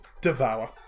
devour